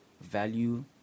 value